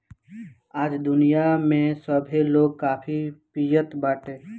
आज दुनिया में सभे लोग काफी पियत बाटे